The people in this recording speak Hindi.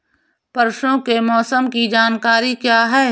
परसों के मौसम की जानकारी क्या है?